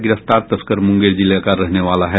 गिरफ्तार तस्कर मुंगेर जिले का रहने वाला है